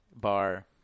bar